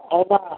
ହଉ ମା'